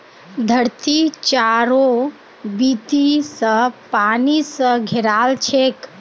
धरती चारों बीती स पानी स घेराल छेक